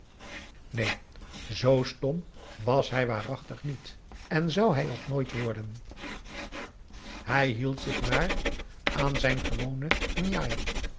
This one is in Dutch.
neen zoo stom was hij waarachtig niet en zou hij ook nooit worden hij hield zich maar aan zijn gewone njai